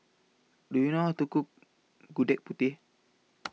Do YOU know How to Cook Gudeg Putih